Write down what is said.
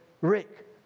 Rick